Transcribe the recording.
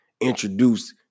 introduce